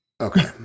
Okay